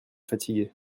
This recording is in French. fatigué